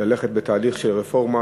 ללכת לתהליך של רפורמה